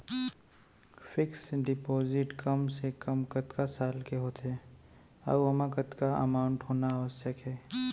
Fix deposit कम से कम कतका साल के होथे ऊ ओमा कतका अमाउंट होना आवश्यक हे?